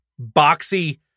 boxy